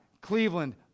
Cleveland